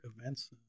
events